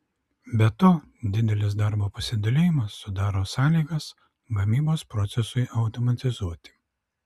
be to didelis darbo pasidalijimas sudaro sąlygas gamybos procesui automatizuoti